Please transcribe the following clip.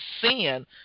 sin